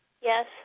Yes